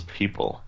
people